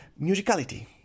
Musicality